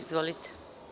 Izvolite.